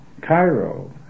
Cairo